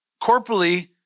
corporately